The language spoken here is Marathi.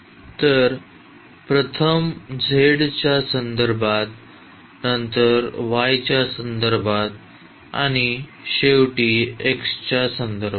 तर प्रथम z च्या संदर्भात नंतर y च्या संदर्भात आणि शेवटी x च्या संदर्भात